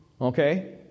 okay